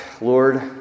Lord